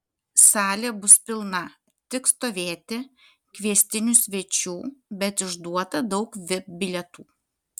salė bus pilna tik stovėti kviestinių svečių bet išduota daug vip bilietų